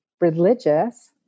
religious